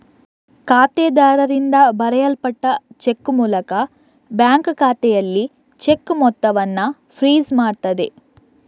ಖಾತೆದಾರರಿಂದ ಬರೆಯಲ್ಪಟ್ಟ ಚೆಕ್ ಮೂಲಕ ಬ್ಯಾಂಕು ಖಾತೆಯಲ್ಲಿ ಚೆಕ್ ಮೊತ್ತವನ್ನ ಫ್ರೀಜ್ ಮಾಡ್ತದೆ